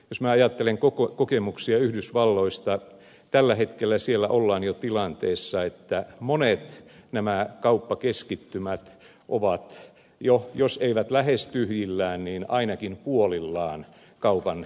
jos minä ajattelen kokemuksia yhdysvalloista tällä hetkellä siellä ollaan jo tilanteessa että monet nämä kauppakeskittymät ovat jo jos eivät lähes tyhjillään niin ainakin puolillaan kauppaliikkeistä